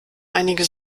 einige